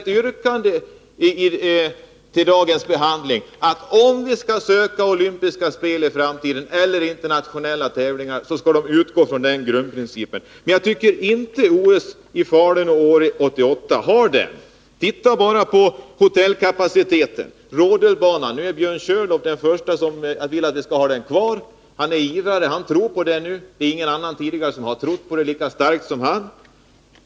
ett yrkande i dagens ärende som innebär att om vi skall söka olympiska spel eller andra internationella tävlingar i framtiden, så skall de utgå från den grundprincipen. Men jag tycker inte att OS i Falun och Åre 1988 bygger på denna princip. Titta bara på hotellkapaciteten och på rodelbanan. Nu är Björn Körlof den första som vill ha denna kvar. Han tror på denna rodelbana; det har ingen tidigare gjort lika starkt som han.